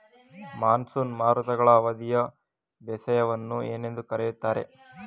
Monsoon ಮಾರುತಗಳ ಅವಧಿಯ ಬೇಸಾಯವನ್ನು ಏನೆಂದು ಕರೆಯುತ್ತಾರೆ?